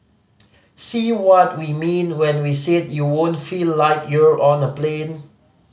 see what we mean when we said you won't feel like you're on a plane